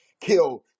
Kill